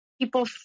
people